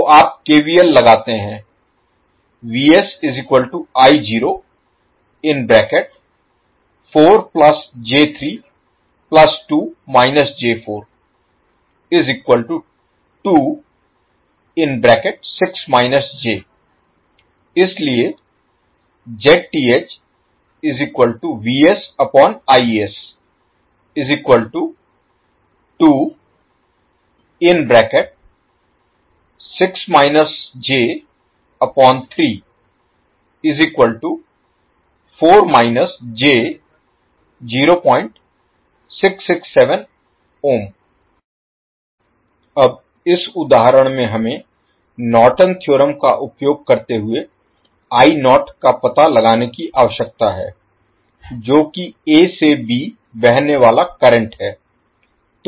तो आप केवीएल लगाते हैं इसलिये अब इस उदाहरण में हमें नॉर्टन थ्योरम का उपयोग करते हुए का पता लगाने की आवश्यकता है जो कि a से b बहने वाला करंट है